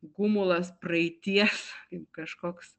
gumulas praeities kaip kažkoks